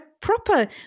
proper